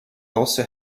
also